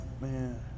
Man